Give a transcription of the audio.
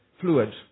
fluid